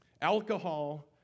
Alcohol